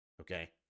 okay